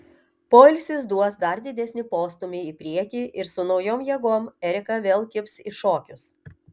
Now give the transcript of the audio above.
poilsis duos dar didesnį postūmį į priekį ir su naujom jėgom erika vėl kibs į šokius